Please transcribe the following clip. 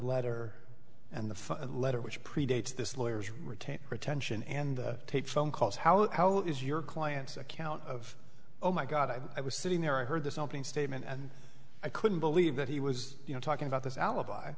letter and the letter which predates this lawyers retained retention and taped phone calls how is your client's account of oh my god i was sitting there i heard this opening statement and i couldn't believe that he was you know talking about this alibi